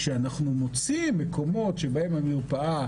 כשאנחנו נוציא מקומות שבהם המרפאה,